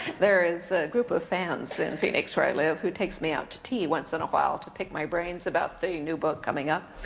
there is a group of fans in pheonix, where i live, who takes me out to tea once in a while to pick my brains about the new book coming up.